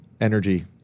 energy